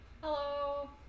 Hello